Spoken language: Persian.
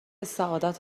سعادت